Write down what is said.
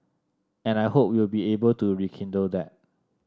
and I hope we'll be able to rekindle that